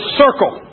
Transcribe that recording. circle